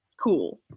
cool